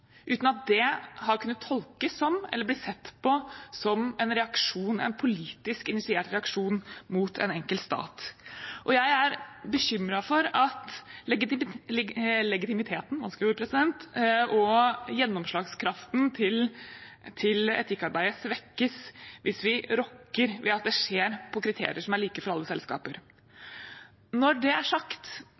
uten at det har kunnet tolkes som eller blitt sett på som en politisk initiert reaksjon mot en enkelt stat. Jeg er bekymret for at legitimiteten og gjennomslagskraften til etikkarbeidet svekkes hvis vi rokker ved at det skjer på kriterier som er like for alle selskaper. Når det er sagt,